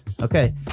Okay